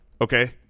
okay